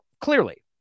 Clearly